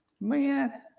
Man